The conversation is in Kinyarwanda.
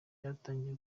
ryatangiye